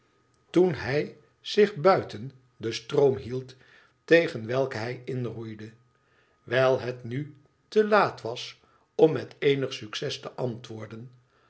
toen hij zich buiten den stroom hield tegen welken hij inroeide wijl het nu te laat was om met eenig succes te antwoorden